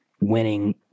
winning